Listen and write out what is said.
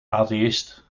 atheïst